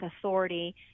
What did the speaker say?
authority